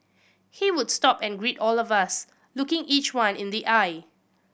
he would stop and greet all of us looking each one in the eye